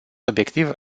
obiectiv